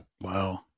wow